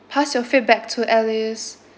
pass your feedback to alice